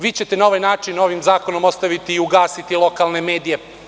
Vi ćete na ovaj način novim zakonom ostaviti i ugasiti lokalne medije.